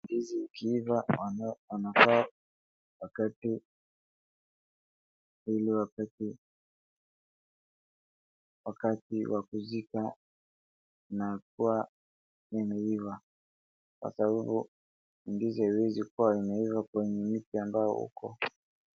Ndizi ikiiva wanafaa wakate ili wapate wakati wakuzika na kuwa imeiva kwa sababu ndizi haiwezi kuwa imeiva kwenye miti ambao uko.